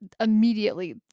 immediately